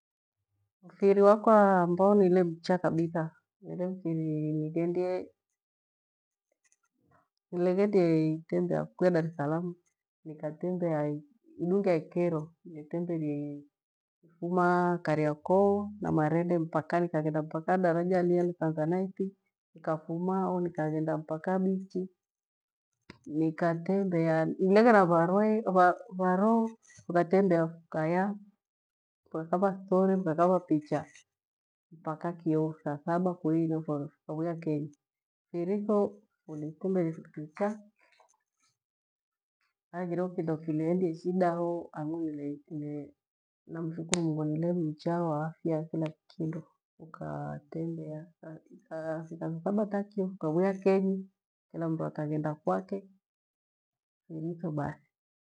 Mfiri wakwa ambao nilemcha kabitha ni mfiri nighendie nighendie itembea kuya Darithalamu nikatembea idungia ikero nitembelie uma Kariakoo na marende mpaka nikaghenda mpaka idaraja liya la Tanzanaiti, nikafumaho nikaghenda mpaka bichi, nikatembea, neghere abharwee abha- abharoo nikatembea vukaya vukakavaa stori, vukakava picha. Mpaka kio thaa thaba kuinio vukavwia kenyi. Firi tho nile mfiri mcha haghireo kindo kileendio shida ho, ang'ung'ile ine namshukuru mungu nilemcha wa afya kila kindo fukatembea tha thaa thaba takio fukavwia kenyi kila mnu akaghenda kwake bathi.